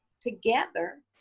together